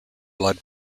blood